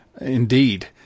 indeed